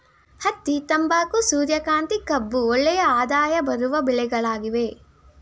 ಹತ್ತಿ, ತಂಬಾಕು, ಸೂರ್ಯಕಾಂತಿ, ಕಬ್ಬು ಒಳ್ಳೆಯ ಆದಾಯ ಬರುವ ಬೆಳೆಗಳಾಗಿವೆ